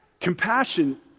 Compassion